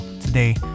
today